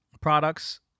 products